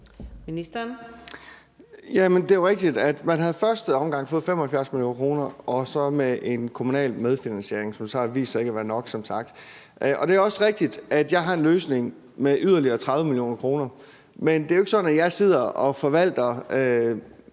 det er jo rigtigt, at man i første omgang havde fået 75 mio. kr. plus en kommunal medfinansiering, som så som sagt har vist sig ikke at være nok. Og det er også rigtigt, at jeg har en løsning til yderligere 30 mio. kr., men det er jo ikke sådan, at jeg sidder og forvalter